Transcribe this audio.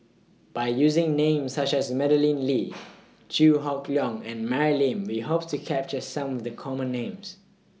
By using Names such as Madeleine Lee Chew Hock Leong and Mary Lim We Hope to capture Some The Common Names